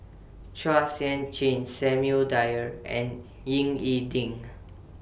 Chua Sian Chin Samuel Dyer and Ying E Ding